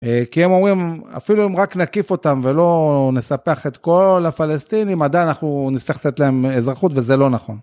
כי הם אומרים אפילו אם רק נקיף אותם ולא נספח את כל הפלסטינים, עדיין אנחנו נצטרך לתת להם אזרחות וזה לא נכון.